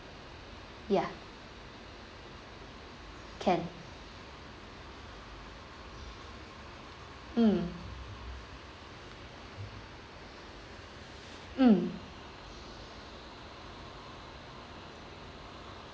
ya can mm mm